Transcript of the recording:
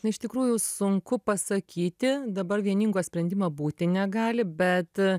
na iš tikrųjų sunku pasakyti dabar vieningo sprendimo būti negali bet